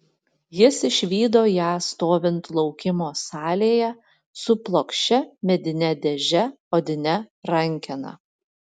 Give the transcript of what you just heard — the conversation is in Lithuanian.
jis išvydo ją stovint laukimo salėje su plokščia medine dėže odine rankena